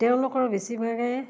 তেওঁলোকৰ বেছিভাগে